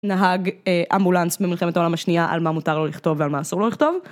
נהג, אה, אמבולנס במלחמת העולם השנייה, על מה מותר לו לכתוב ועל מה אסור לו לכתוב.